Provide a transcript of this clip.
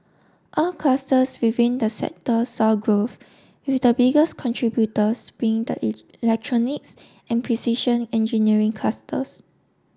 all clusters within the sector saw growth with the biggest contributors being the electronics and precision engineering clusters